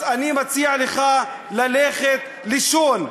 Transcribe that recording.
אז אני מציע לך ללכת לישון.